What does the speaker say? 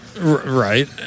Right